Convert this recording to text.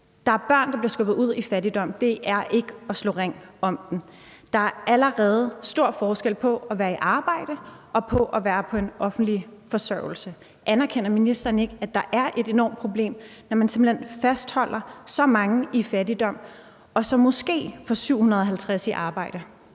Der er børn, der bliver skubbet ud i fattigdom, og det er ikke at slå ring om dem. Der er allerede stor forskel på at være i arbejde og på at være på offentlig forsørgelse. Anerkender ministeren ikke, at der er et enormt problem, når man simpelt hen fastholder så mange i fattigdom og så måske får 750 i arbejde?